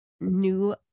new